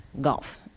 golf